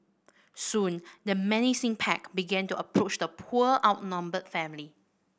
soon the menacing pack began to approach the poor outnumbered family